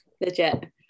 legit